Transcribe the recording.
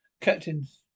Captain's